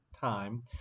time